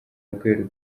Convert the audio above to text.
rweru